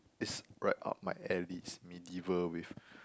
it's right up my alleys it's medieval with